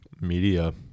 media